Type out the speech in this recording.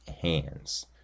hands